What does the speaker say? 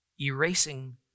erasing